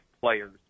players